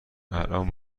الان